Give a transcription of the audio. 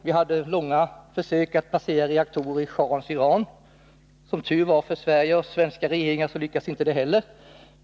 Vi gjorde försök att placera reaktorer i schahens Iran. Som tur var för Sverige och den svenska regeringen lyckades inte det heller.